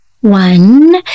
one